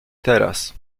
teraz